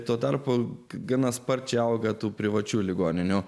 tuo tarpu gana sparčiai auga tų privačių ligoninių